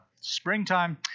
springtime